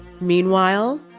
Meanwhile